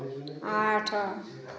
ଆଠ